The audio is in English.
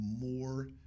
more